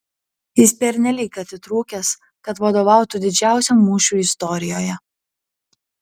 jis pernelyg atitrūkęs kad vadovautų didžiausiam mūšiui istorijoje